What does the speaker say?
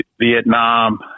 Vietnam